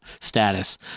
status